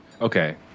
Okay